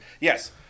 Yes